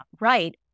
right